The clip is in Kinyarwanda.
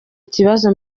kibazo